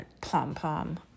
Pom-Pom